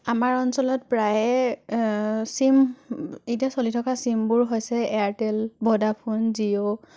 আমাৰ অঞ্চলত প্ৰায়ে চিম এতিয়া চলি থকা চিমবোৰ হৈছে এয়াৰটেল ভ'ডাফোন জিঅ'